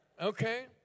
Okay